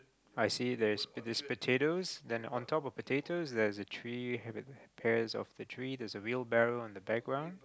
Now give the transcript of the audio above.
I see there's these potatoes then on top of potatoes there's a tree here there's pears off the tree there's a wheelbarrow in the background